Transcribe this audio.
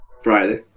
Friday